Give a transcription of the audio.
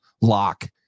lock